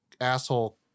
asshole